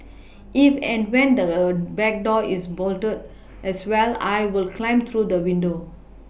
if and when the back door is bolted as well I will climb through the window